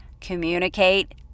communicate